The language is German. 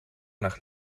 nach